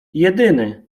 jedyny